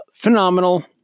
Phenomenal